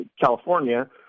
California